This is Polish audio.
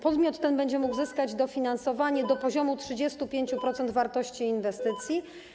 Podmiot ten będzie mógł zyskać dofinansowanie do poziomu 35% wartości inwestycji.